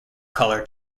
colour